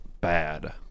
bad